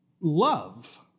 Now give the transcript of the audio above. love